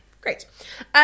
Great